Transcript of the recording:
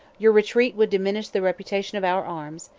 your retreat would diminish the reputation of our arms,